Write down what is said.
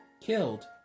killed